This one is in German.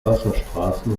wasserstraßen